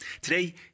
Today